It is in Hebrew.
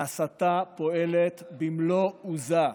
ההסתה פועלת במלוא עוזה.